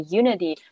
unity